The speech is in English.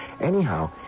Anyhow